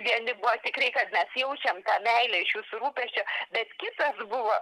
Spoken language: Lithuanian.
vieni buvo tikrai kad mes jaučiam tą meilę iš jūsų rūpesčio bet kitas buvo